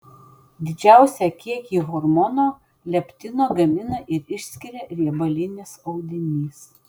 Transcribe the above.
didžiausią kiekį hormono leptino gamina ir išskiria riebalinis audinys